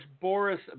Boris